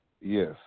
Yes